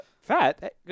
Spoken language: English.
Fat